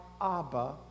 Abba